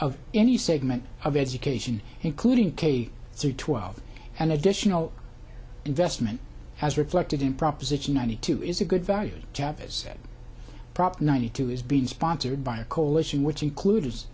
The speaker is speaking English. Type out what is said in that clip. of any segment of education including k through twelve and additional investment as reflected in proposition ninety two is a good value to have as a prop ninety two is being sponsored by a coalition which includes